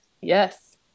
yes